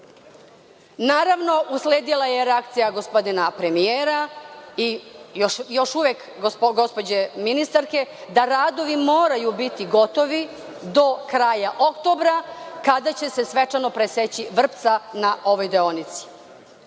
firme. Naravno, usledila je reakcija gospodina premijera i još uvek gospođe ministarke da radovi moraju biti gotovi do kraja oktobra kada će se svečano preseći vrpca na ovoj deonici.